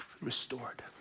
restored